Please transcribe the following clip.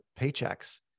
paychecks